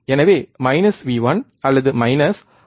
எனவே V1 அல்லது R2 R1 V1